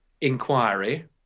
inquiry